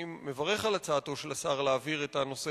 אני מברך על הצעתו של השר להעביר את הנושא